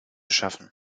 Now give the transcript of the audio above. schaffen